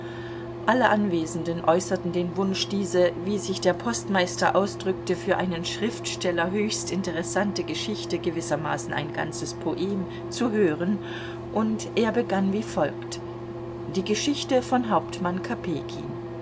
alle anwesenden äußerten den wunsch diese wie sich der postmeister ausdrückte für einen schriftsteller höchst interessante geschichte gewissermaßen ein ganzes poem zu hören und er begann wie folgt